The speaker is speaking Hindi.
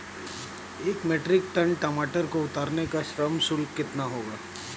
एक मीट्रिक टन टमाटर को उतारने का श्रम शुल्क कितना होगा?